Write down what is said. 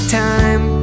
time